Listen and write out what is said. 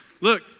Look